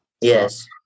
Yes